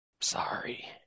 Sorry